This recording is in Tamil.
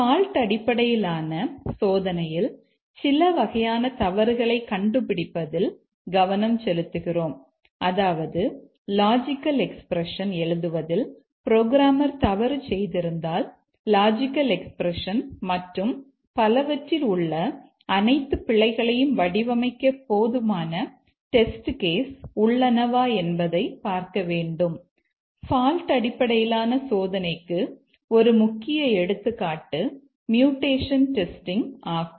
பால்ட் டெஸ்டிங் ஆகும்